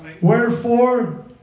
Wherefore